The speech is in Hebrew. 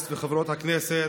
במדינה?